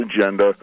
agenda